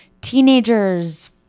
teenagers